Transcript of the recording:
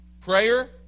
Prayer